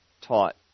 taught